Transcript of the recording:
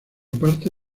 parte